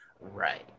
Right